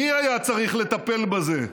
מי היה צריך לטפל בזה?